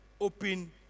open